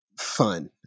fun